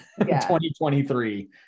2023